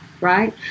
right